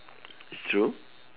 is true